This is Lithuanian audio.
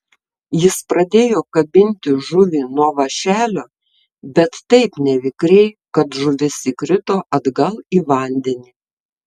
jis pradėjo kabinti žuvį nuo vąšelio bet taip nevikriai kad žuvis įkrito atgal į vandenį